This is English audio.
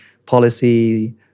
policy